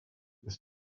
ist